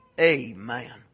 Amen